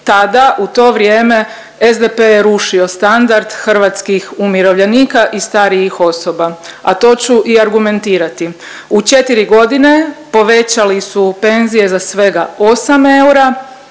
tada u to vrijeme SDP je rušio standard hrvatskih umirovljenika i starijih osoba, a to ću i argumentirati. U 4 godine povećali su penzije za svega 8 eura,